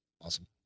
awesome